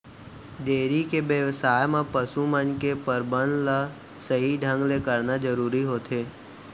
dairy के बेवसाय म पसु मन के परबंध ल सही ढंग ले करना जरूरी होथे